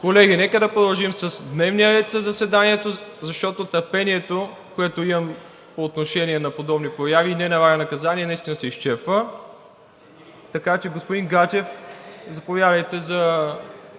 Колеги, нека да продължим с дневния ред на заседанието, защото търпението, което имам по отношение на подобни прояви и не налагам наказание, наистина се изчерпва. Така че, господин Гаджев, заповядайте за